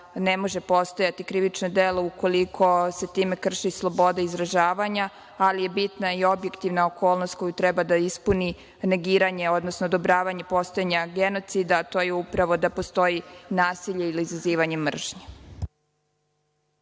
ne može postojati krivično delo, ukoliko se time krši sloboda izražavanja, ali je bitna i objektivna okolnost koju treba da ispuni negiranje, odnosno odobravanje postojanja genocida, a to je upravo da postoji nasilje ili izazivanje mržnje.